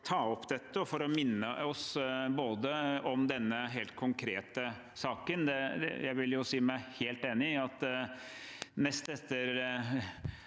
for å minne oss om denne helt konkrete saken. Jeg vil si meg helt enig i at nest etter